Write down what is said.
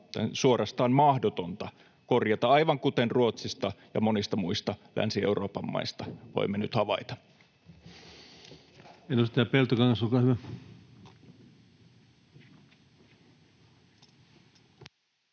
suorastaan mahdotonta, korjata, aivan kuten Ruotsista ja monista muista Länsi-Euroopan maista voimme nyt havaita.